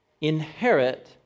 inherit